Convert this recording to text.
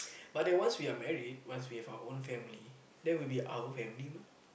but then once we are married once we have our own family then will be our own family mah